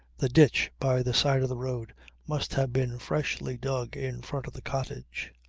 the ditch by the side of the road must have been freshly dug in front of the cottage.